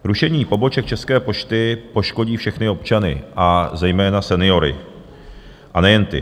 Rušení poboček České pošty poškodí všechny občany a zejména seniory, a nejen ty.